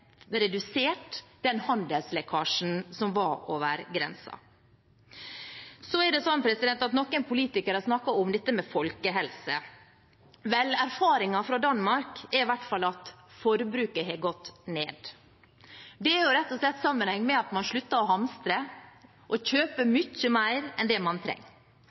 redusert handelslekkasjen som var over grensen. Noen politikere har snakket om dette med folkehelse. Vel, erfaringen fra Danmark er i hvert fall at forbruket har gått ned. Det har rett og slett sammenheng med at man har sluttet å hamstre og kjøpe mye mer enn man trenger. Det er sånn i hverdagen at har man